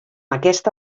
aquesta